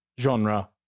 genre